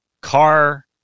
car